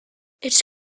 its